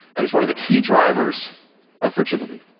and it's one of the key drivers of fragility.